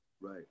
right